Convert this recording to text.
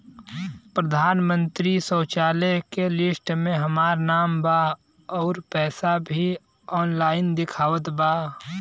प्रधानमंत्री शौचालय के लिस्ट में हमार नाम बा अउर पैसा भी ऑनलाइन दिखावत बा